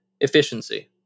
efficiency